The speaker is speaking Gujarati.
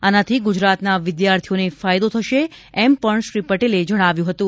આનાથી ગુજરાતના વિદ્યાર્થીઓને ફાયદો થશે એમ પણ શ્રી પટેલે જણાવ્યું હતું